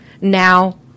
now